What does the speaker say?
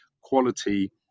quality